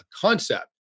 concept